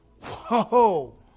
Whoa